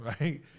right